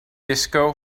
disco